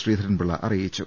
ശ്രീധരൻ പിള്ള അറിയിച്ചു